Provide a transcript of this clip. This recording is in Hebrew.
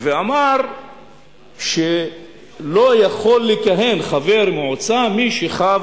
ואמר שלא יכול לכהן חבר מועצה מי שחב